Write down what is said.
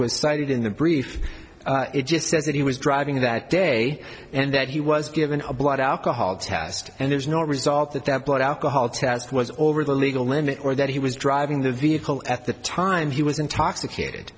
cited in the brief it just says that he was driving that day and that he was given a blood alcohol test and there's no result that that blood alcohol test was over the legal limit or that he was driving the vehicle at the time he was intoxicated